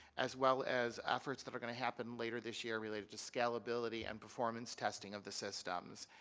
as well as efforts that are going to happen later this year related to scale ability and performance testing of the systems.